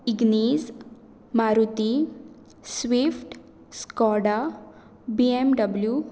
Ignis Maruti swift Skoda BMW